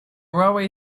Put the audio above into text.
railway